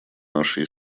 нашей